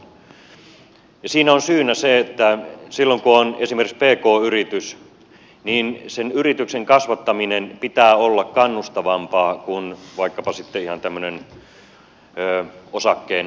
näin on ja siinä on syynä se että silloin kun on esimerkiksi pk yritys niin sen yrityksen kasvattamisen pitää olla kannustavampaa kuin vaikkapa sitten ihan tämmöisen osakkeen omistamisen